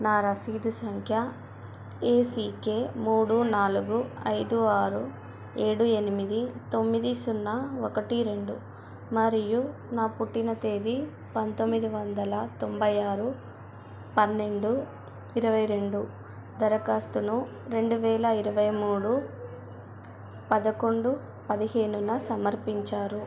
నా రసీదు సంఖ్య ఏ సీ కే మూడు నాలుగు ఐదు ఆరు ఏడు ఎనిమిది తొమ్మిది సున్నా ఒకటి రెండు మరియు నా పుట్టిన తేదీ పంతొమ్మిది వందల తొంభై ఆరు పన్నెండు ఇరవై రెండు దరఖాస్తును రెండు వేల ఇరవై మూడు పదకొండు పదిహేనున సమర్పించారు